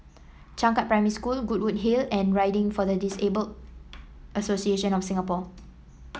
Changkat Primary School Goodwood Hill and Riding for the Disabled Association of Singapore